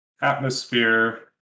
atmosphere